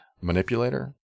manipulator